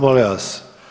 Molim vas!